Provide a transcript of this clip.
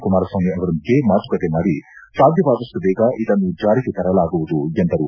ಕುಮಾರಸ್ವಾಮಿ ಅವರೊಂದಿಗೆ ಮಾತುಕತೆ ಮಾಡಿ ಸಾಧ್ಯವಾದಪ್ಟು ಬೇಗ ಇದನ್ನು ಜಾರಿಗೆ ತರಲಾಗುವುದು ಎಂದರು